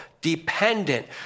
dependent